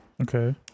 Okay